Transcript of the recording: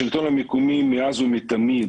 השלטון המקומי מאז ותמיד